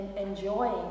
enjoying